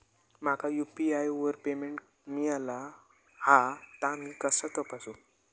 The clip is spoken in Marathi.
माका यू.पी.आय वर पेमेंट मिळाला हा ता मी कसा तपासू?